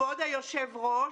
כבוד היושב-ראש,